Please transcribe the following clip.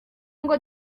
ngo